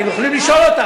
אתם יכולים לשאול אותה,